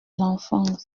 l’enfance